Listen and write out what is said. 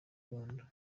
rwanda